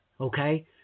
Okay